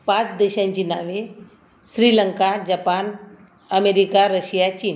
पाच देशांची नावे श्रीलंका जपान अमेरीका रशिया चीन